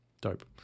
Dope